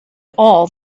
all